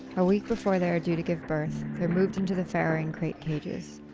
a week before they are due to give birth, they're moved into the farrowing crate cages,